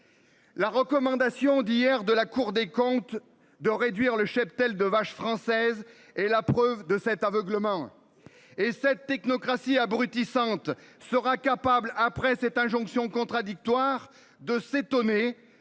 La recommandation d'hier de la Cour des comptes, de réduire le cheptel de vaches françaises et la preuve de cet aveuglement. Et cette technocratie abrutissante sera capable après cette injonction contradictoire de s'étonner